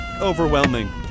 overwhelming